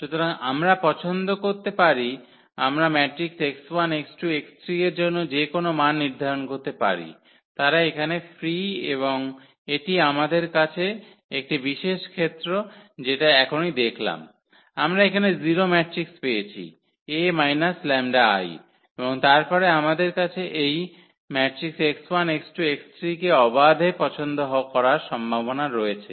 সুতরাং আমরা পছন্দ করতে পারি আমরা এর জন্য যেকোনও মান নির্ধারণ করতে পারি তারা এখানে ফ্রি এবং এটি আমাদের কাছে একটি বিশেষ ক্ষেত্র যেটা এখনই দেখলাম আমরা এখানে 0 ম্যাট্রিক্স পেয়েছি A 𝜆𝐼 এবং তারপরে আমাদের কাছে এই কে অবাধে পছন্দ করার সম্ভাবনা রয়েছে